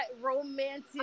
romantic